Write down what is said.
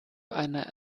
einer